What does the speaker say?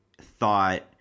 thought